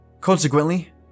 Consequently